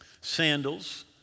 sandals